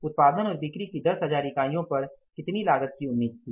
उत्पादन और बिक्री की 10 हजार इकाइयों पर कितनी लागत की उम्मीद थी